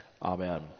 Amen